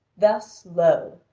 thus, lo!